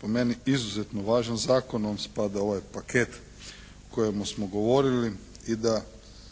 po meni izuzetno važan zakon, on spada u ovaj paket o kojemu smo govorili i da